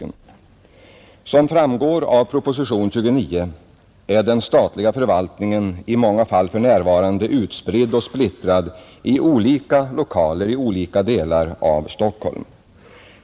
Som framgår av propositionen 29 är den statliga förvaltningen i många fall för närvarande spridd och splittrad i olika lokaler i skilda delar av Stockholm.